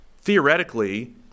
Theoretically